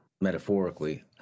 metaphorically